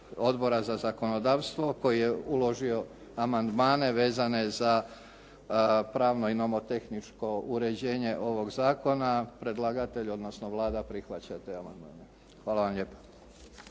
Odbora za zakonodavstvo koji je uložio amandmane vezane za pravno i nomotehničko uređenje ovog zakona predlagatelj odnosno Vlada prihvaća te amandmane. Hvala lijepo.